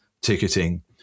ticketing